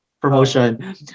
promotion